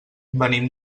venim